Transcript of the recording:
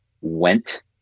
went